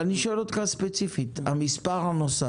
אני שואל אותך ספציפית, אתה מכיר את המספר הנוסף?